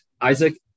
Isaac